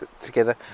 together